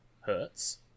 hertz